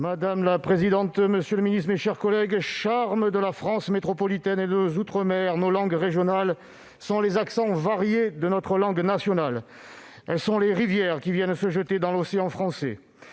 Madame la présidente, monsieur le ministre, mes chers collègues, charmes de la France métropolitaine et de nos outre-mer, nos langues régionales sont les accents variés de notre langue nationale. Elles sont les rivières qui viennent se jeter dans l'océan français.